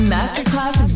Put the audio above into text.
Masterclass